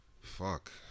Fuck